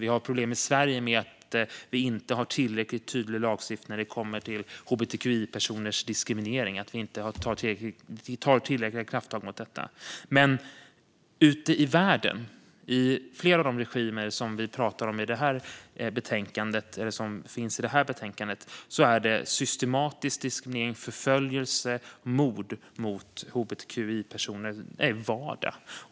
Vi har problem i Sverige med att vi inte har en tillräckligt tydlig lagstiftning när det kommer till diskriminering av hbtqi-personer och att vi inte tar tillräckliga krafttag mot detta. Men ute i världen och från flera av de regimer som nämns i det här betänkandet är systematisk diskriminering och förföljelse av och mord på hbtqi-personer vardag.